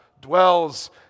dwells